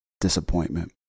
Disappointment